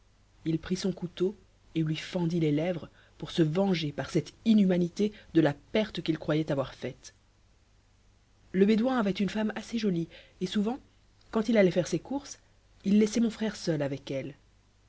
il prit son couteau et lui fendit les lèvres pour se venger par cette inhumanité de la perte qu'il croyait avoir faite le bédouin avait une femme assez jolie et souvent quand il allait faire ses courses il laissait mon frère seul avec elle